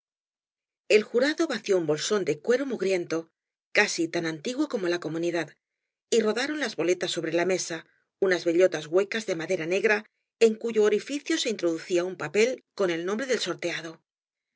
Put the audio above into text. el jurado vació un bokón de cuero mugriento casi tan antiguo como la comunidad y rodaron las boletas sobre la mesa unas bellotas huecas de madera negra en cuyo onficio se introducía un papel con el nombre del sorteado